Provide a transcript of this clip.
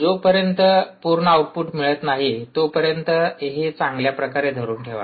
जो पर्यंत पूर्ण आउटपुट मिळत नाही तोपर्यंत हे चांगल्याप्रकारे धरून ठेवा